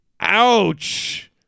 Ouch